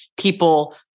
people